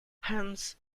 hence